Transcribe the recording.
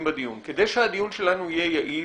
בדיון: כדי שהדיון שלנו יהיה יעיל,